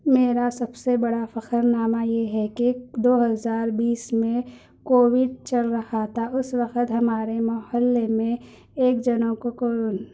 میرا سب سے بڑا فخرنامہ یہ ہے کہ دو ہزار بیس میں کووڈ چل رہا تھا اس وقت ہمارے محلے میں ایک جنوں کو کوون